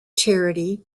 charity